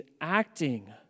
acting